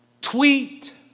Tweet